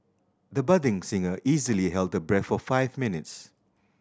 the budding singer easily held her breath for five minutes